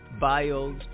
bios